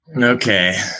Okay